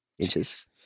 inches